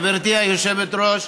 גברתי היושבת-ראש,